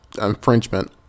infringement